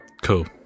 Cool